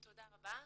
תודה רבה.